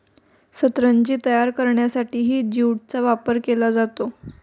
सतरंजी तयार करण्यासाठीही ज्यूटचा वापर केला जातो